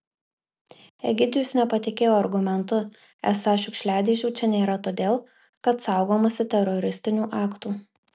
egidijus nepatikėjo argumentu esą šiukšliadėžių čia nėra todėl kad saugomasi teroristinių aktų